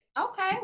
Okay